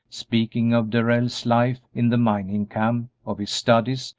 speaking of darrell's life in the mining camp, of his studies,